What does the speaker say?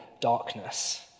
darkness